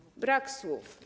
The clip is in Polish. Brak słów.